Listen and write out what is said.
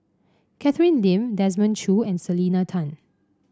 Catherine Lim Desmond Choo and Selena Tan